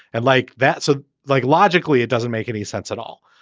and like that's a like logically it doesn't make any sense at all.